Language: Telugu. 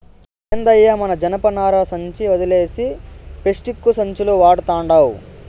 ఏందయ్యో మన జనపనార సంచి ఒదిలేసి పేస్టిక్కు సంచులు వడతండావ్